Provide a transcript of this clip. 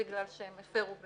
בקנס בגלל שהם הפרו,